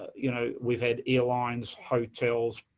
you know, we've had airlines, hotels,